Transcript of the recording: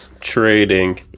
Trading